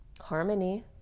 harmony